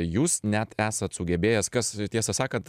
jūs net esat sugebėjęs kas tiesą sakant